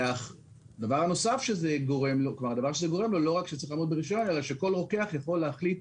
זה גורם לכך שלא רק שצריך לעמוד ברישיון אלא שכל רוקח יכול להחליט